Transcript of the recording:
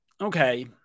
okay